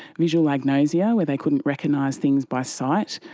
visual agnosia where they couldn't recognise things by sight,